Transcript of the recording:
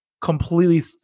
completely